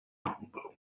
humble